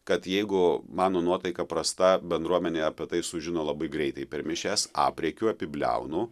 kad jeigu mano nuotaika prasta bendruomenė apie tai sužino labai greitai per mišias aprėkiu apibliaunu